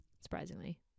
surprisingly